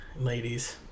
ladies